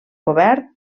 cobert